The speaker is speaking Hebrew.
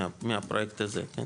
מהפרויקט הזה, כן?